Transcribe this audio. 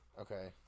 Okay